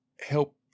help